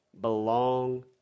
belong